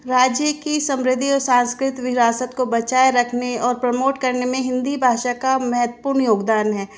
राज्य की समृद्धि और संस्कृतिक विरासत को बचाए रखने और प्रमोट करने में हिंदी भाषा का महत्वपूर्ण योगदान है